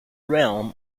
realm